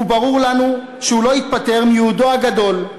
וברור לנו שהוא לא התפטר מייעודו הגדול,